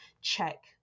check